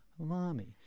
mommy